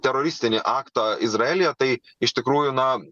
teroristinį aktą izraelyje tai iš tikrųjų na